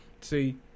See